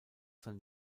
sein